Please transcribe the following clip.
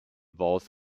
valve